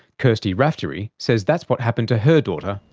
kirstie raftery says that's what happened to her daughter,